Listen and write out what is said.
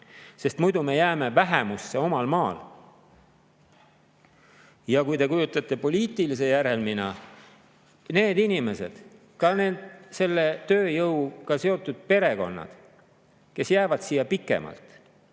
sest muidu me jääme vähemusse omal maal. Ja kui te kujutlete poliitilise järelmina, et need inimesed, ka selle tööjõuga seotud perekonnad, kes jäävad siia pikemalt